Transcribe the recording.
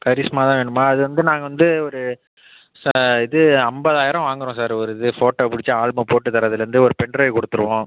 கரிஷ்மா தான் வேணுமா அது வந்து நாங்கள் வந்து ஒரு இது ஐம்பதாயிரம் வாங்குறோம் சார் ஒரு இது ஃபோட்டோ பிடிச்சி ஆல்பம் பிடிச்சிபோட்டு தரதுலந்து ஒரு பென்ட்ரைவ் கொடுத்துருவோம்